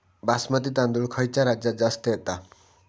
बासमती तांदूळ खयच्या राज्यात जास्त येता?